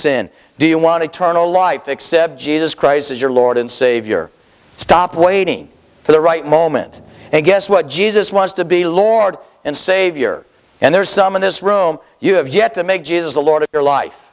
sin do you want to turn a life except jesus christ as your lord and savior stop waiting for the right moment and guess what jesus wants to be lord and savior and there's some in this room you have yet to make jesus the lord of your life